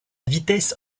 vitesse